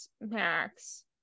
Max